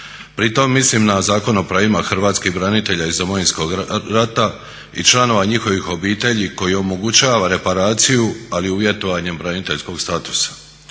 Pritom mislim na Zakon o pravima hrvatskih branitelja iz Domovinskog rata i članova njihovih obitelji koji omogućava reparaciju ali uvjetovanjem braniteljskog statusa,